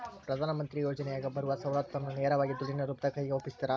ಪ್ರಧಾನ ಮಂತ್ರಿ ಯೋಜನೆಯಾಗ ಬರುವ ಸೌಲತ್ತನ್ನ ನೇರವಾಗಿ ದುಡ್ಡಿನ ರೂಪದಾಗ ಕೈಗೆ ಒಪ್ಪಿಸ್ತಾರ?